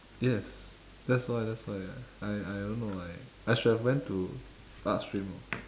yes that's why that's why I I don't know why I should have went to arts stream orh